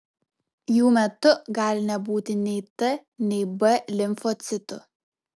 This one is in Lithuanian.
jų metu gali nebūti nei t nei b limfocitų